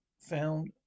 found